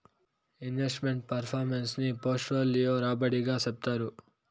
invest meant performance ని portfolio రాబడి గా చెప్తారు